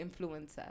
influencer